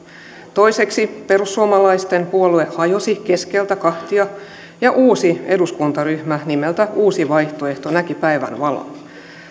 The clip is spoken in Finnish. toiseksi perussuomalaisten puolue hajosi keskeltä kahtia ja uusi eduskuntaryhmä nimeltä uusi vaihtoehto näki päivänvalon